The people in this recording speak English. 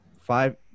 five